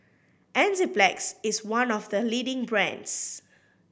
Enzyplex is one of the leading brands